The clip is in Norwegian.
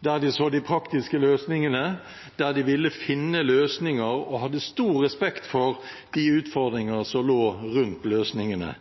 der en så de praktiske løsningene, der en ville finne løsninger og hadde stor respekt for de utfordringer som lå rundt løsningene.